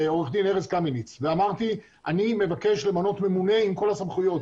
לעורך דין ארז קמיניץ ואמרתי: אני מבקש למנות ממונה עם כל הסמכויות.